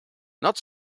not